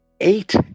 eight